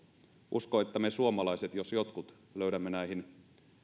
uskon että me suomalaiset jos jotkut löydämme näihin